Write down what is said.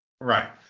Right